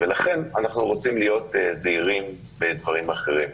ולכן אנחנו רוצים להיות זהירים בדברים אחרים.